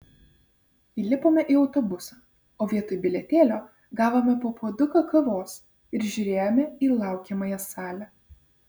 įlipome į autobusą o vietoj bilietėlio gavome po puoduką kavos ir žiūrėjome į laukiamąją salę